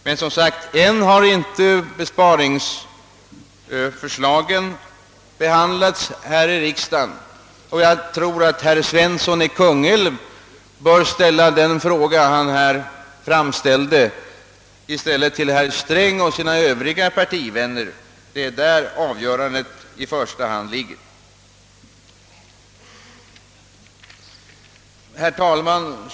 Men, som sagt, än har inte besparingsförslagen behandlats här i riksdagen, och jag tror att herr Svensson i Kungälv bör ställa den fråga han här framställde till herr Sträng och sina övriga partivänner i stället, ty det är hos dem avgörandet i första hand ligger. Herr talman!